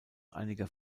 einiger